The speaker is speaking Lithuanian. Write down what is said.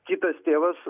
kitas tėvas